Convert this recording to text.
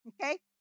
Okay